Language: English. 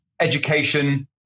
education